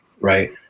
right